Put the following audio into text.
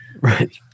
Right